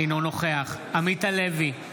אינו נוכח עמית הלוי,